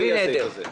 לא יהיה הסעיף הזה.